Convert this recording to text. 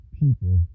people